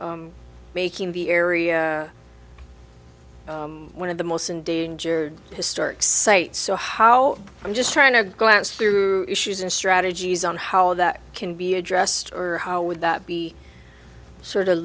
making the area one of the most endangered historic sites so how i'm just trying to glance through issues and strategies on how that can be addressed or how would that be sort of